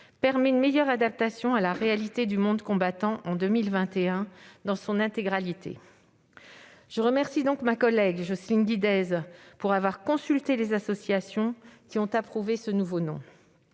permet une meilleure adaptation à la réalité du monde combattant en 2021, dans son intégralité. Je remercie ma collègue Jocelyne Guidez d'avoir consulté les associations, qui ont approuvé ce nouveau nom.